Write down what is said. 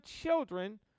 children